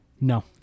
No